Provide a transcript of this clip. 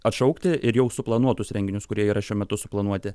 atšaukti ir jau suplanuotus renginius kurie yra šiuo metu suplanuoti